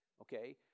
okay